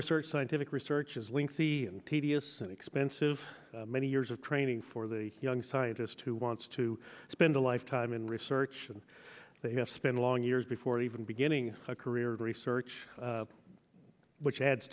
research scientific research is lengthy and tedious and expensive many years of training for the young scientist who wants to spend a lifetime in research and they have spent a long years before even beginning a career of research which adds